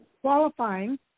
qualifying